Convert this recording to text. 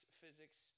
physics